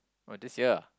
oh this year